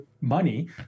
money